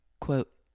quote